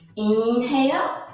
inhale,